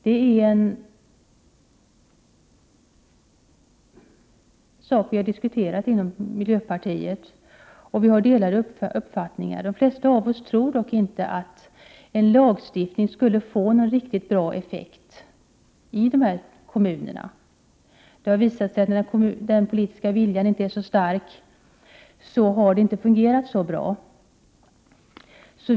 Detta är en fråga som vi har diskuterat inom miljöpartiet, och vi har delade uppfattningar. De flesta av oss tror dock inte att en lagstiftning skulle få en riktigt bra effekt när det gäller dessa kommuner. Det har visat sig att sådant inte fungerat särskilt bra när den politiska viljan inte är så stark.